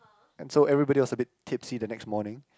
and so everybody was a bit tipsy the next morning